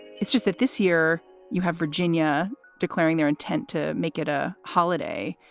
it's just that this year you have virginia declaring their intent to make it a holiday.